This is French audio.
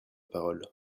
parole